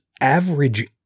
average